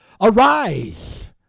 arise